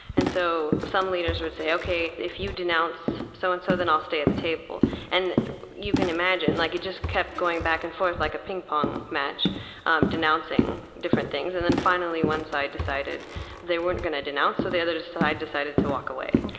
and so some leaders would say, ok, if you denounce so-and-so, so and so then i'll stay at the table. and you can imagine. like it just kept going back and forth like a ping-pong match um denouncing different things and then finally one side decided they weren't going to denounce, so the other side decided to walk away.